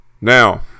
Now